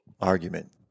argument